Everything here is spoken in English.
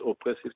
oppressive